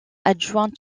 adjointe